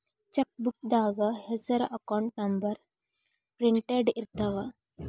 ಚೆಕ್ಬೂಕ್ದಾಗ ಹೆಸರ account number printed ಇರ್ತಾವ